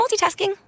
multitasking